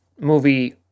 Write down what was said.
movie